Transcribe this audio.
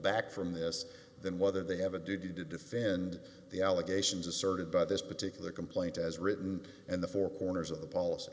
back from this than whether they have a duty to defend the allegations asserted by this particular complaint as written and the four corners of the policy